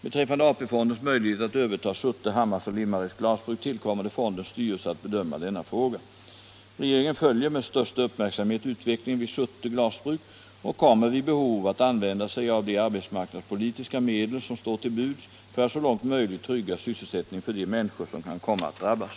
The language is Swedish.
Beträffande AP-fondens möjlighet att överta Surte, Hammars och Limmareds glasbruk tillkommer det fondens styrelse att bedöma denna fråga. Regeringen följer med största uppmärksamhet utvecklingen vid Surte glasbruk och kommer vid behov att använda de arbetsmarknadspolitiska medel som står till buds för att så långt möjligt trygga sysselsättningen för de människor som kan komma att drabbas.